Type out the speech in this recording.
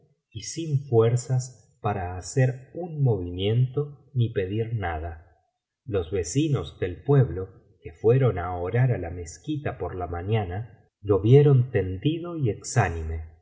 y sin fuerzas para hacer un movimiento ni pedir nada los vecinos del pueblo que fueron á orar á la mezquita por la mañana lo vieron tendido y